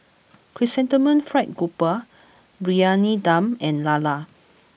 Chrysanthemum Fried grouper Briyani Dum and Lala